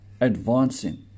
advancing